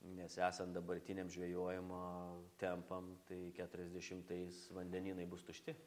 nes esant dabartiniam žvejojimo tempam tai keturiasdešimtais vandenynai bus tušti